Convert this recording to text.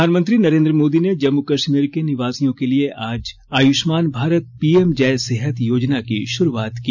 प्रधानमंत्री नरेंद्र मोदी ने जम्मू कश्मीर के निवासियों के लिए आज आयुष्मान भारत पीएम जय सेहत योजना की शुरूआत की